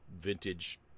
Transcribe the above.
vintage